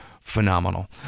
phenomenal